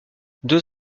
deux